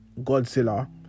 Godzilla